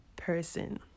person